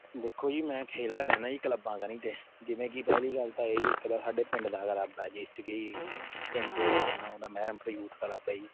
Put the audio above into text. ਦੇਖੋ ਜੀ ਮੈਂ ਖੇਲਦਾ ਰਹਿੰਦਾ ਜੀ ਕਲੱਬਾਂ ਕਨੀ ਤੋਂ ਜਿਵੇਂ ਕੀ ਪਹਿਲੀ ਗੱਲ ਤਾਂ ਇਹ ਜੀ ਇੱਕ ਤਾਂ ਸਾਡੇ ਪਿੰਡ ਦਾ ਕਲੱਬ ਹੈ ਜਿਸ 'ਚ ਕੀ ਪਿੰਡ ਦੇ ਨਾਮ ਦਾ ਮਹਿਰਮਪੁਰ ਯੂਥ ਕਲੱਬ ਹੈ ਜੀ